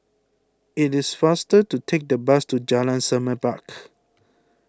it is faster to take the bus to Jalan Semerbak